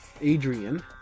Adrian